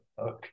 okay